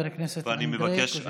תודה, חבר הכנסת אנדרי קוז'ינוב.